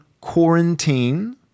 quarantine